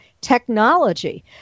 technology